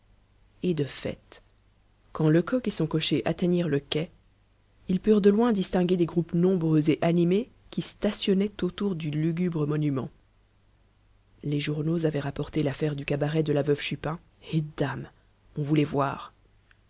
et de fait quand lecoq et son cocher atteignirent le quai ils purent de loin distinguer des groupes nombreux et animés qui stationnaient autour du lugubre monument les journaux avaient rapporté l'affaire du cabaret de la veuve chupin et dame on voulait voir